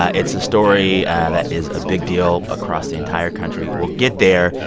ah it's a story that is a big deal across the entire country. we'll get there,